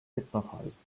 hypnotized